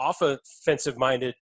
offensive-minded